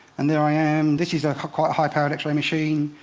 and there i am. this is a quite high-powered x-ray machine.